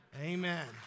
Amen